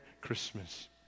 Christmas